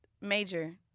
Major